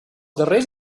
darrers